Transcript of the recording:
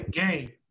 game